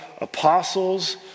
apostles